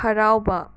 ꯍꯔꯥꯎꯕ